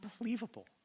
unbelievable